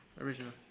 original